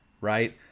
right